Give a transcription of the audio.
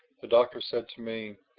the doctor said to me,